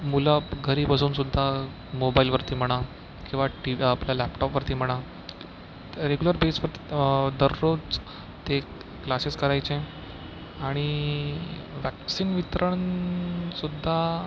मुलं घरी बसूनसुद्धा मोबाईलवरती म्हणा किंवा टी आपल्या लॅपटॉपवरती म्हणा रेग्युलर बेसवरती दररोज ते क्लासेस करायचे आणि वॅक्सीन वितरणसुद्धा